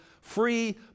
free